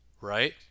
right